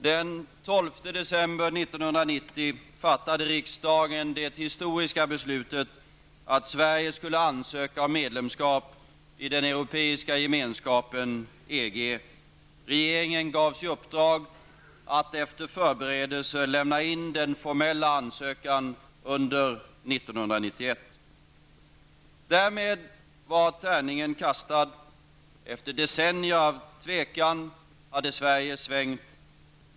Den 12 december 1990 fattade riksdagen det historiska beslutet att Sverige skulle ansöka om medlemskap i den europeiska gemenskapen EG. Regeringen gavs i uppdrag att efter förberedelse lämna in den formella ansökan under 1991. Därmed var tärningen kastad. Efter decennier av tvekan hade Sverige svängt.